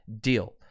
deal